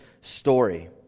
story